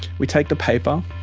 we take the paper,